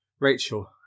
Rachel